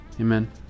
Amen